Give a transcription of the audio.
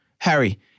Harry